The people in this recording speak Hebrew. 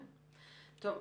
טוב,